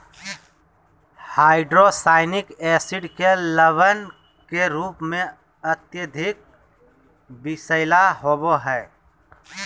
hydrocyanic acid के लवण के रूप में अत्यधिक विषैला होव हई